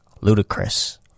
ludicrous